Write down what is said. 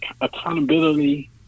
accountability